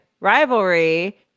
Rivalry